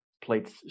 plates